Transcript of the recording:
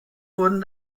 wurden